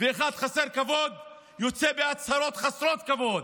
ואחד חסר כבוד יוצא בהצהרות חסרות כבוד.